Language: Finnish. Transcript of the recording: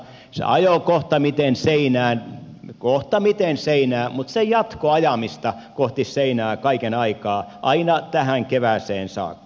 se ajoi kohtamiten seinään kohtamiten seinään mutta se jatkoi ajamista kohti seinää kaiken aikaa aina tähän kevääseen saakka